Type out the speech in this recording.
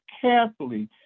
carefully